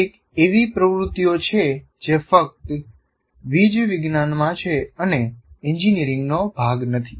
કેટલીક એવી પ્રવૃત્તિઓ છે જે ફક્ત વિજ્ વિજ્ઞાનમાં છે અને એન્જિનિયરિંગનો ભાગ નથી